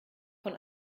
von